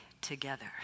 together